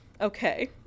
Okay